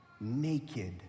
naked